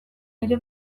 ere